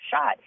shot